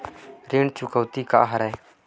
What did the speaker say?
ऋण चुकौती का हरय?